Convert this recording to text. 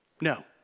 No